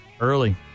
early